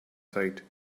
site